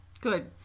Good